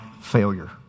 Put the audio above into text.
failure